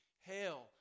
Hail